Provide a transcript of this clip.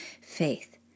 faith